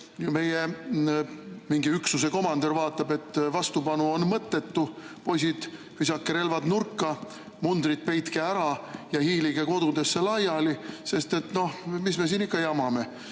kus mingi üksuse komandör vaatab, et vastupanu on mõttetu? Poisid, visake relvad nurka! Mundrid peitke ära ja hiilige kodudesse laiali! No mis me siin ikka jamame,